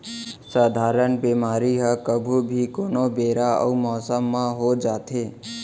सधारन बेमारी ह कभू भी, कोनो बेरा अउ मौसम म हो जाथे